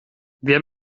wer